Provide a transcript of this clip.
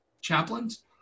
chaplains